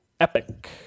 epic